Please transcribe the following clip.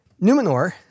Numenor